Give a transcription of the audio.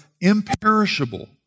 imperishable